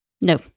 No